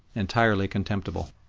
entirely contemptible.